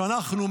שאנחנו,